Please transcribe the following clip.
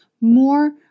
more